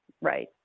right